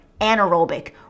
anaerobic